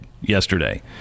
yesterday